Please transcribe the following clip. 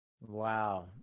Wow